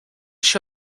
się